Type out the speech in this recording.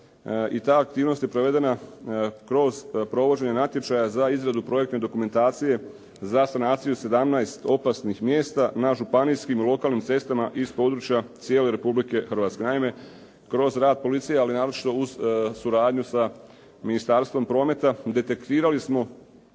i ta aktivnost je provedena kroz provođenje natječaja za izradu projektne dokumentacije za sanaciju 17 opasnih mjesta na županijskim i lokalnim cestama iz područja cijele Republike Hrvatske. Naime, kroz rad policije, ali naročito uz suradnju sa Ministarstvom prometa, detektirali smo